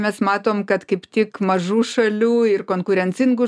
mes matom kad kaip tik mažų šalių ir konkurencingų